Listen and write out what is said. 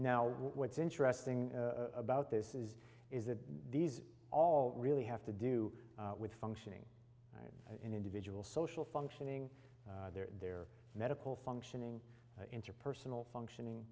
now what's interesting about this is is a these all really have to do with functioning in individual social functioning their medical functioning interpersonal functioning